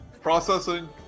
Processing